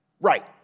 Right